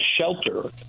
shelter